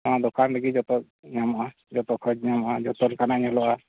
ᱱᱚᱣᱟ ᱫᱚᱠᱟᱱ ᱨᱮᱜᱮ ᱡᱚᱛᱚ ᱧᱟᱢᱚᱜᱼᱟ ᱡᱚᱛᱚ ᱠᱷᱚᱡ ᱧᱟᱢᱚᱜᱼᱟ ᱡᱚᱛᱚ ᱞᱮᱠᱟᱱᱟᱜ ᱧᱮᱞᱚᱜᱼᱟ